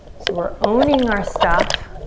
so we're owning our stuff